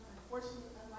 unfortunately